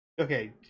Okay